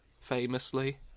famously